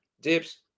dips